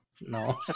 No